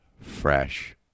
fresh